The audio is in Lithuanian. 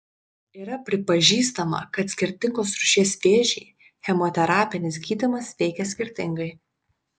yra pripažįstama kad skirtingos rūšies vėžį chemoterapinis gydymas veikia skirtingai